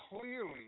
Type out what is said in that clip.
clearly